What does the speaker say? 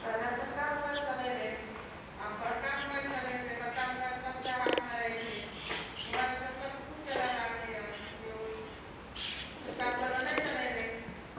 पहिले छोटका मोबाइल चलै रहै आब बड़का मोबाइल चलै छै बड़का मोबाइल सबके हाथमे रहै छै मोबाइल सऽ सबकुछ चलऽ लागलै यऽ न्यूज छोटका मोबाइलमे नै चलै रहै